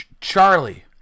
Charlie